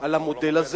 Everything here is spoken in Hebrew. על המודל הזה.